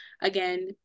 again